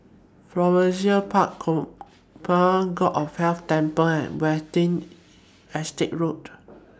Florissa Park God of Wealth Temple and Watten Estate Road